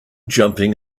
jumping